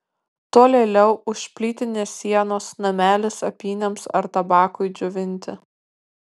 tolėliau už plytinės sienos namelis apyniams ar tabakui džiovinti